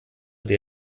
der